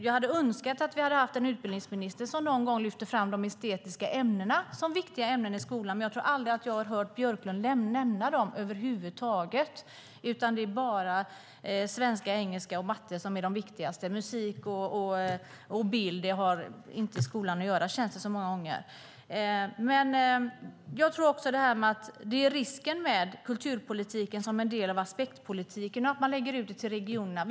Jag hade önskat att vi hade haft en utbildningsminister som någon gång lyfte fram de estetiska ämnena som viktiga ämnen i skolan. Men jag tror aldrig att jag har hört Björklund nämna dem över huvud taget, utan det är bara svenska, engelska och matte som är de viktigaste. Musik och bild har inte i skolan att göra, känns det som många gånger. Risken med kulturpolitiken som en del av aspektpolitiken är att man lägger över mer och mer på regionerna.